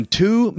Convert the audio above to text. two